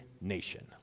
nation